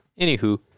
Anywho